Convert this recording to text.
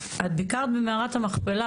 את ביקרת במערכת המכפלה,